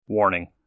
Warning